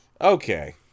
Okay